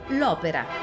l'opera